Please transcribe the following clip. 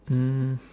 um